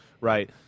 right